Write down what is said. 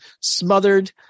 smothered